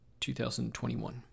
2021